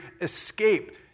escape